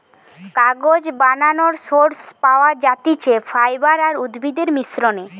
কাগজ বানানোর সোর্স পাওয়া যাতিছে ফাইবার আর উদ্ভিদের মিশ্রনে